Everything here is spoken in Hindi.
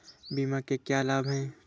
बीमा के क्या लाभ हैं?